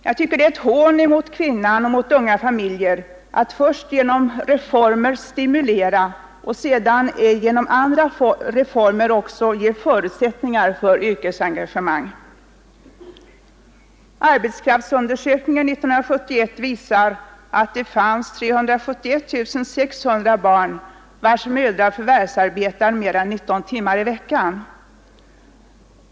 Jag tycker att det är ett hån mot kvinnan och unga familjer att först genom reformer stimulera och sedan genom andra reformer också ge förutsättningar för yrkesengagemang. Arbetskraftsundersökningen 1971 visar att det fanns 371 600 barn, vilkas mödrar förvärvsarbetar mer än 19 timmar i veckan.